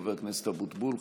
חבר הכנסת אבוטבול,